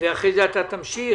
ואחר כך אתה תמשיך.